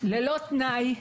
ללא תנאי,